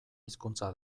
hizkuntza